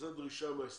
זו דרישה מההסתדרות.